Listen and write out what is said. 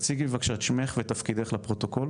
תציגי בבקשה את שמך ותפקידך לפרוטוקול.